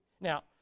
now